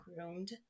groomed